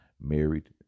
married